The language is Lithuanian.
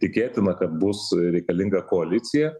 tikėtina kad bus reikalinga koalicija